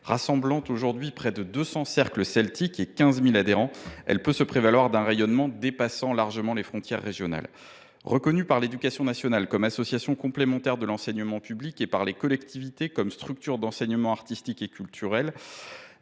Rassemblant aujourd’hui près de 200 cercles celtiques et 15 000 adhérents, elle peut se prévaloir d’un rayonnement dépassant largement les frontières régionales. Reconnue par l’éducation nationale comme association complémentaire de l’enseignement public et par les collectivités bretonnes comme structure d’enseignement artistique et culturel,